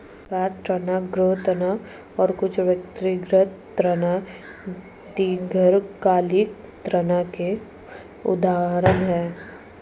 car ऋण, गृह ऋण और कुछ व्यक्तिगत ऋण दीर्घकालिक ऋण के उदाहरण हैं